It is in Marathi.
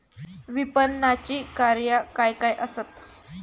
विपणनाची कार्या काय काय आसत?